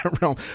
realm